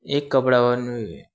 एक कपडा बनवी